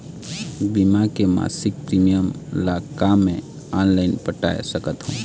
बीमा के मासिक प्रीमियम ला का मैं ऑनलाइन पटाए सकत हो?